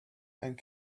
and